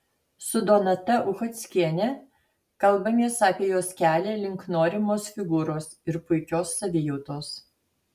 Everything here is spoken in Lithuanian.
su donata uchockiene kalbamės apie jos kelią link norimos figūros ir puikios savijautos